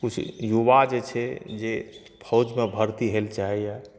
चूँकि युवा जे छै जे फौजमे भर्ती हइ लए चाहैए